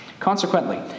Consequently